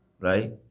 right